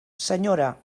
senyora